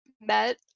met